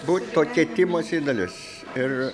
būt to keitimosi dalis ir